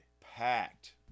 packed